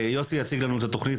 שיציג לנו את התוכנית,